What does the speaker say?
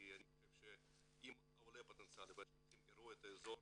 כי אני חושב שאם העולה הפוטנציאלי והשליחים יראו את האזור,